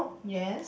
yes